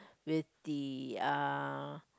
with the uh